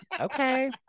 Okay